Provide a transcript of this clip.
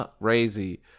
crazy